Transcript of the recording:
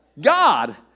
God